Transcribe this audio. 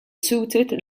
suited